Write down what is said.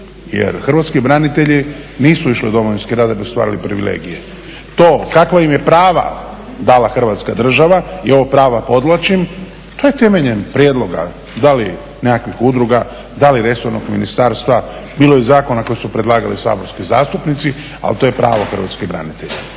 Jer hrvatski branitelji nisu išli u Domovinski rat da bi ostvarili privilegije. To kakva im je prava dala Hrvatska država i ovo prava podvlačim to je temeljem prijedloga da li nekakvih udruga, da li resornog ministarstva. Bilo je zakona koji su predlagali saborski zastupnici ali to je pravo hrvatskih branitelja.